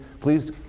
please